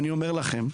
אני אומר לכם,